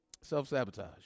Self-sabotage